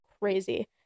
crazy